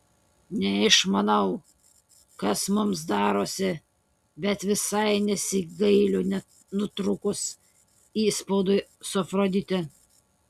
neišmanau kas mums darosi bet visai nesigailiu nutrūkus įspaudui su afrodite